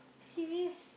serious